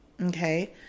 Okay